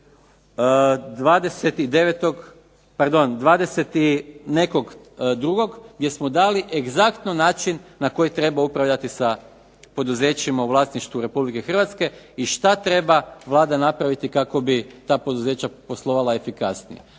20. i nekog drugog gdje smo dali egzaktno način na koji treba upravljati sa poduzećima u vlasništvu Republike Hrvatske i šta treba Vlada napraviti kako bi ta poduzeća poslovala efikasnije.